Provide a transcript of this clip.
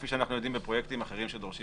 כפי שאנחנו יודעים בפרויקטים אחרים שדורשים